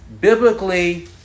biblically